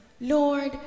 Lord